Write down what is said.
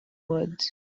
words